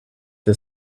the